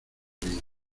vida